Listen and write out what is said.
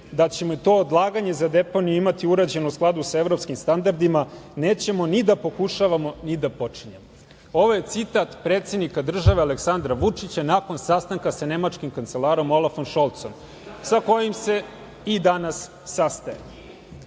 da ćemo to odlaganje za deponiju imati urađeno u skladu sa evropskim standardima, nećemo da pokušavamo ni da počinjemo. Ovo je citat predsednika države Aleksandra Vučića nakon sastanka sa nemačkim kancelarom Olafom Šolcom, sa kojim se i danas sastaje. Mene